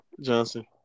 Johnson